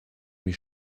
mich